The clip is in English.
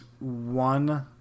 one